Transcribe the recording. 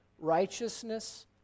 righteousness